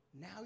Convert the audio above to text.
now